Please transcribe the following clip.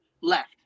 left